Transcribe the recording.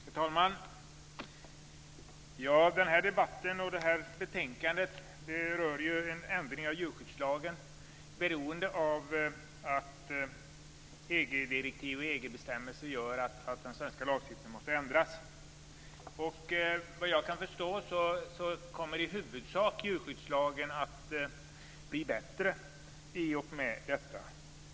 Herr talman! Den här debatten och det här betänkandet rör en ändring av djurskyddslagen beroende av att EG-direktiv och EG-bestämmelser gör att den svenska lagstiftningen måste ändras. Efter vad jag kan förstå kommer djurskyddslagen i huvudsak att bli bättre i och med detta.